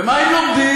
ומה הם לומדים?